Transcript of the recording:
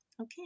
okay